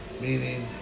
Meaning